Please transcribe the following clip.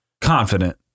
confident